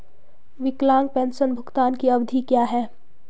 विकलांग पेंशन भुगतान की अवधि क्या है?